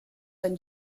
ten